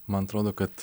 man atrodo kad